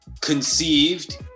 conceived